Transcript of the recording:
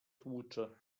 tłucze